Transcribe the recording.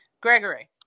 Gregory